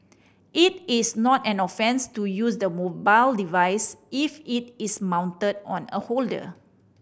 it is not an offence to use the mobile device if it is mounted on a holder